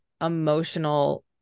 emotional